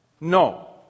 No